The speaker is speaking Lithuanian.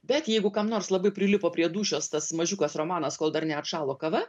bet jeigu kam nors labai prilipo prie dūšios tas mažiukas romanas kol dar neatšalo kava